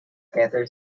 cancer